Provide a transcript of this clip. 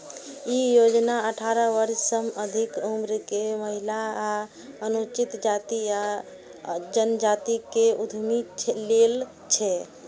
ई योजना अठारह वर्ष सं अधिक उम्र के महिला आ अनुसूचित जाति आ जनजाति के उद्यमी लेल छै